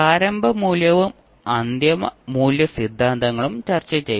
പ്രാരംഭ മൂല്യവും അന്തിമ മൂല്യ സിദ്ധാന്തങ്ങളും ചർച്ചചെയ്തു